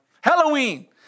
Halloween